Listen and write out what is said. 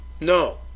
No